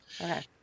Okay